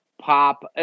pop